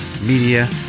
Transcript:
Media